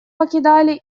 покидали